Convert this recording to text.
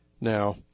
Now